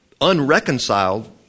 unreconciled